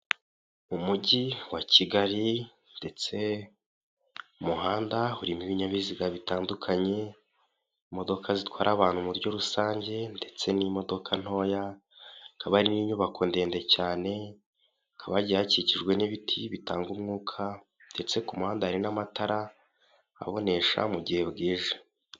Mu mujyi wa Kigali ndetse umuhanda urimo ibinyabiziga bitandukanye, imodoka zitwara abantu muri buryo rusange ndetse n'imodoka ntoya, ikaba ari inyubako ndende cyane, hakaba hagiye hakikijwe n'ibiti bitanga umwuka ndetse ku muhanda hari n'amatara abonesha mu gihe bwije.